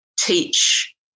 teach